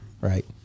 Right